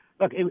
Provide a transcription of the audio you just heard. Look